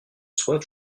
soif